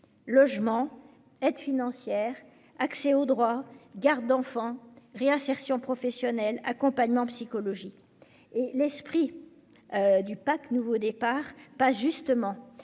logement, aide financière, accès aux droits, garde d'enfants, réinsertion professionnelle, accompagnement psychologique ... L'esprit du « pack nouveau départ » passe justement